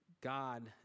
God